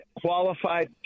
qualified